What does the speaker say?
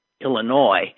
Illinois